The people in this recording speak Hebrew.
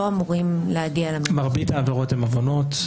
חטאים לא אמורים להגיע ל --- מרבית העבירות הן עוונות,